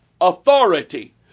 authority